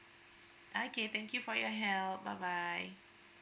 okay thank you for your help bye bye